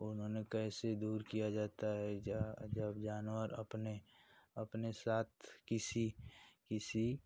उन्होंने कैसे दूर किया जाता है जहाँ जब जानवर अपने अपने साथ किसी किसी